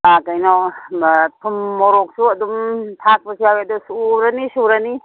ꯀꯩꯅꯣ ꯃ ꯊꯨꯝ ꯃꯣꯔꯣꯛꯁꯨ ꯑꯗꯨꯝ ꯊꯥꯛꯄꯁꯨ ꯌꯥꯎꯋꯦ ꯑꯗꯨ ꯁꯨꯔꯅꯤ ꯁꯨꯔꯅꯤ